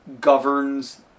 governs